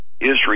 Israel